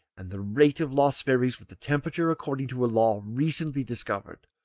and the rate of loss varies with the temperature according to a law recently discovered,